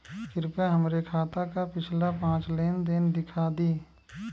कृपया हमरे खाता क पिछला पांच लेन देन दिखा दी